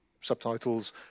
subtitles